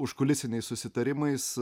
užkulisiniais susitarimais